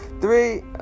Three